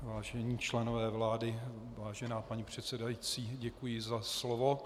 Vážení členové vlády, vážená paní předsedající, děkuji za slovo.